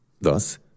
Thus